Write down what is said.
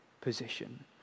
position